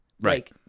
right